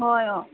হয় অঁ